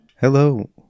Hello